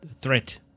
threat